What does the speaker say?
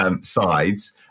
sides